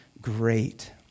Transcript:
great